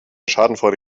schadenfreude